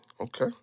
Okay